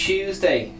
Tuesday